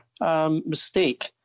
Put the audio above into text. mistake